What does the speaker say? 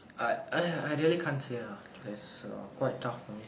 I I really can't say lah it's err quite tough for me